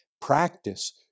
practice